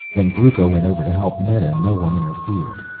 when brucco went over to help meta no one interfered.